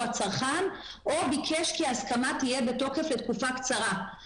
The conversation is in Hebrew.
הצרכן או ביקש כי ההסכמה תהיה בתוקף לתקופה קצרה.